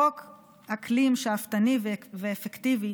חוק אקלים שאפתני ואפקטיבי,